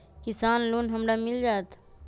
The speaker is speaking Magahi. किसान लोन हमरा मिल जायत?